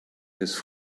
his